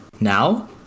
Now